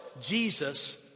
Jesus